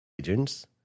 agents